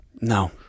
No